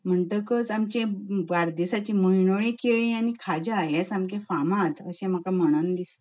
म्हणटकच आमचे बार्देशाची मंडोळी केळीं आनी खाज्यां हें सामकें फामाद अशें म्हाका म्हणन दिसता